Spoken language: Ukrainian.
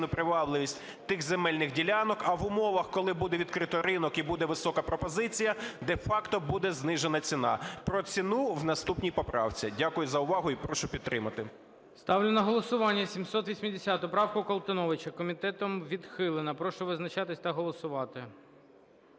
привабливість тих земельних ділянок, а в умовах, коли буде відкрито ринок і буде висока пропозиція, де-факто буде знижена ціна. Про ціну – в наступній поправці. Дякую за увагу і прошу підтримати. ГОЛОВУЮЧИЙ. Ставлю на голосування 780 правку Колтуновича. Комітетом відхилена. Прошу визначатися та голосувати.